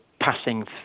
passing